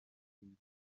bwite